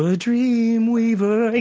ah dreamweaver!